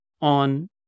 on